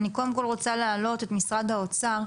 אני קודם כל רוצה להעלות את משרד האוצר,